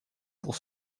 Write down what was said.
pour